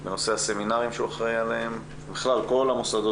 הסמינרים שהוא אחראי עליהם ועל כל המוסדות,